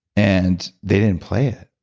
and they didn't play it.